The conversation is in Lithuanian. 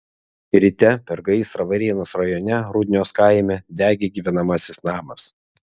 ryte per gaisrą varėnos rajone rudnios kaime degė gyvenamasis namas